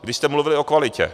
Vy jste mluvili o kvalitě.